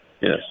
Yes